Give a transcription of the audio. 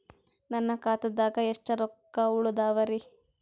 ನನ್ನ ಖಾತಾದಾಗ ಎಷ್ಟ ರೊಕ್ಕ ಉಳದಾವರಿ?